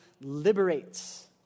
liberates